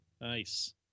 Nice